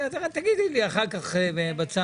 תגידי לי אחר כך בצד.